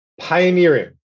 Pioneering